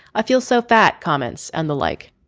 i feel so fat. comments and the like.